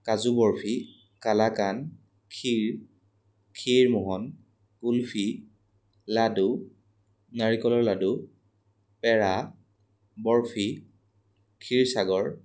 কাজু বৰফি কালাকান ক্ষীৰ ক্ষীৰমোহন কুলফি লাডু নাৰিকলৰ লাডু পেৰা বৰফি ক্ষীৰসাগৰ